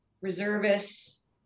reservists